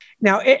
Now